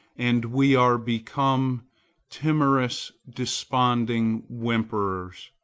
and we are become timorous, desponding whimperers.